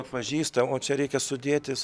atpažįsta o čia reikia sudėtis